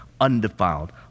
undefiled